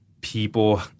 people